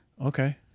Okay